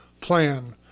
plan